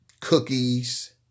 cookies